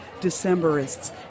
Decemberists